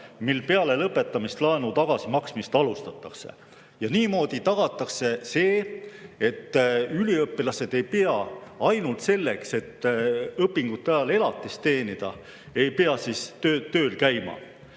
millal peale lõpetamist laenu tagasimaksmist alustatakse. Niimoodi tagatakse see, et üliõpilased ei pea ainult selleks, et õpingute ajal elatist teenida, tööl käima.